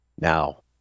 now